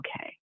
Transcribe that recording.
okay